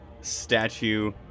statue